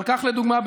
אבל קח לדוגמה,